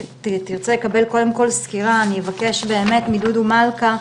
אני אבקש מדודו מלכא,